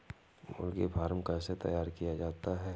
मुर्गी फार्म कैसे तैयार किया जाता है?